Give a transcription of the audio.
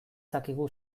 dakigu